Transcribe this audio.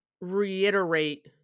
reiterate